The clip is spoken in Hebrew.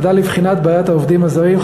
בוועדה לבחינת בעיית העובדים הזרים,